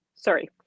Sorry